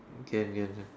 can can can